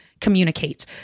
communicate